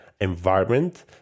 environment